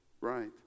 right